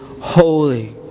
Holy